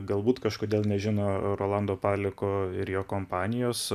galbūt kažkodėl nežino rolando paleko ir jo kompanijos